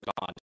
God